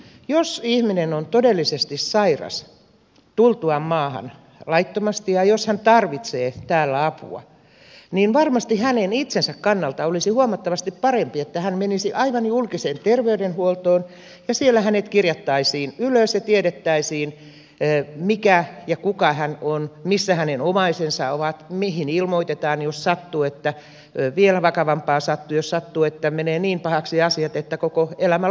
jos ihminen on todellisesti sairas tultuaan maahan laittomasti ja jos hän tarvitsee täällä apua varmasti hänen itsensä kannalta olisi huomattavasti parempi että hän menisi aivan julkiseen terveydenhuoltoon ja siellä hänet kirjattaisiin ylös ja tiedettäisiin mikä ja kuka hän on missä hänen omaisensa ovat mihin ilmoitetaan jos vielä vakavampaa sattuu jos sattuu että menevät niin pahaksi asiat että koko elämä loppuu siihen